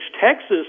Texas